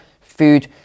food